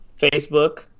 Facebook